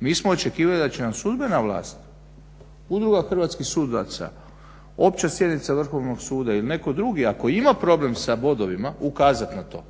Mi smo očekivali da će nam sudbena vlast, Udruga hrvatskih sudaca, opća sjednica Vrhovnog suda ili netko drugi ako ima problem sa bodovima ukazat na to.